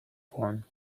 form